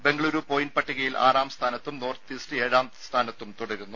Bengaluru point പട്ടികയിൽ ആറാം സ്ഥാനത്തും നോർത്ത് ഈസ്റ്റ് ഏഴാം സ്ഥാനത്തും തുടരുന്നു